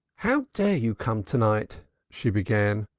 how dare you come to-night? she began,